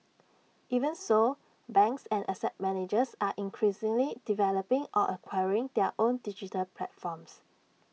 even so banks and asset managers are increasingly developing or acquiring their own digital platforms